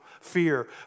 fear